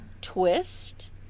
twist